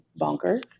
bonkers